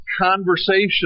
conversation